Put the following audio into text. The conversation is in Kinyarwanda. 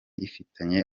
ifitanye